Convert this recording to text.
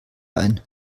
ein